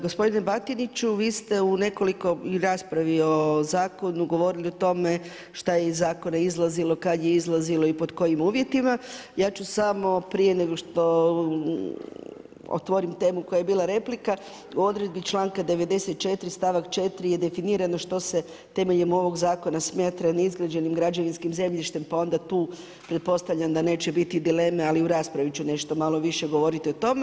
Gospodine Batiniću, vi ste u raspravi o zakonu govorili o tome šta je iz zakona izlazilo, kada je izlazilo i pod kojim uvjetima, ja ću samo prije nego što otvorim temu koja je bila replika u odredbi članka 94. stavak 4. je definirano što se temeljem ovog zakona smatra neizgrađenim građevinskim zemljištem, pa onda tu pretpostavljam da neće biti dileme, ali u raspravi ću nešto malo više govoriti o tome.